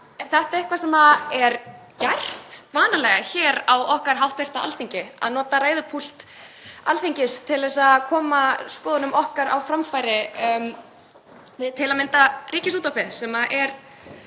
Er þetta eitthvað sem er gert vanalega hér á okkar hv. Alþingi, að nota ræðupúlt Alþingis til að koma skoðunum okkar á framfæri til að mynda um Ríkisútvarpið sem er